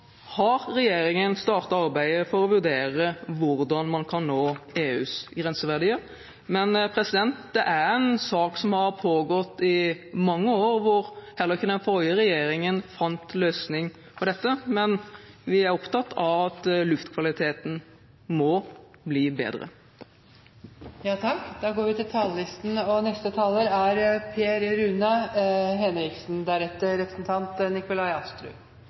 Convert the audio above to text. har regjeringen startet arbeidet for å vurdere hvordan man kan nå EUs grenseverdier. Dette er en sak som har pågått i mange år, og heller ikke den forrige regjeringen fant noen løsning på dette, men vi er opptatt av at luftkvaliteten må bli bedre. Først vil jeg si at det er veldig bra at vi